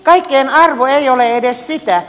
kaikkien arvo ei ole edes sitä